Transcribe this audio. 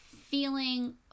feeling